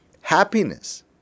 happiness